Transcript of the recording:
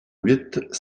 huit